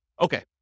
Okay